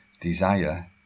desire